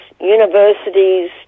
universities